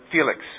Felix